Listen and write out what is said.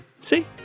See